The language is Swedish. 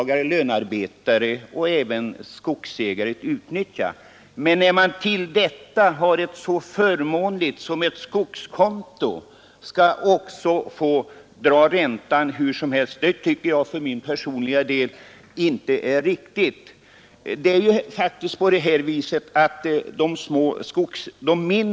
Både lönearbetare och skogsägare har möjlighet att utnyttja det avdraget, men jag tycket för min personliga del inte att det är riktigt att man — utöver att man har något så förmånligt som skogskonto — också skall få dra av räntan hur som helst.